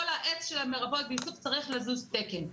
כל העץ של המרפאות בעיסוק צריך לזוז תקן,